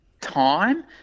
time